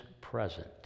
present